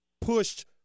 pushed